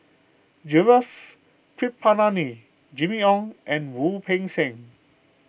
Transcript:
Gaurav Kripalani Jimmy Ong and Wu Peng Seng